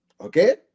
Okay